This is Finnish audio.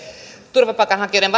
turvapaikanhakijoiden